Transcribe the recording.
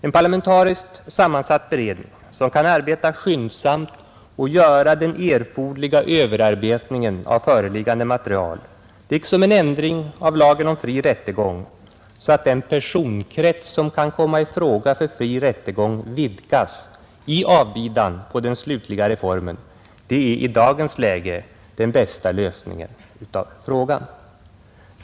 En parlamentariskt sammansatt beredning, som kan arbeta skyndsamt och göra den erforderliga överarbetningen av föreliggande material, liksom en ändring av lagen om fri rättegång, så att den personkrets som kan komma i fråga för fri rättegång vidgas i avbidan på den slutliga reformen, är i dagens läge den bästa lösningen.